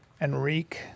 Enrique